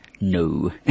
No